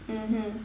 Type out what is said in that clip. mmhmm